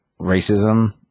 racism